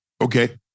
Okay